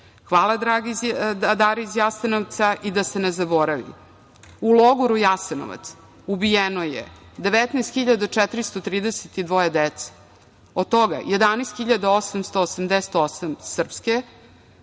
Hvala "Dari iz Jasenovca" i da se ne zaboravi.U logoru Jasenovac ubijeno je 19.432 dece. Od toga 11.888 srpske,